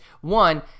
one